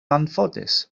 anffodus